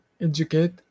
educate